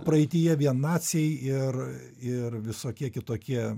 praeityje vien naciai ir ir visokie kitokie